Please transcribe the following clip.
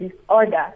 disorder